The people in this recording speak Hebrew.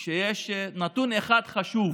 בתקשורת שיש נתון אחד חשוב